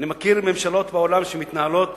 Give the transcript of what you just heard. אני מכיר ממשלות בעולם שמתנהלות